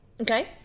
Okay